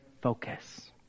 focus